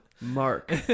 Mark